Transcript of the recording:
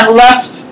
left